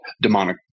demonic